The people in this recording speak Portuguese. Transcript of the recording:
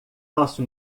nosso